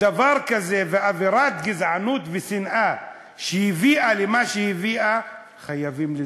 דבר כזה ואווירת גזענות ושנאה שהביאה למה שהביאה חייבים לזכור,